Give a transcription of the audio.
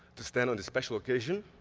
to stand on this special occasion,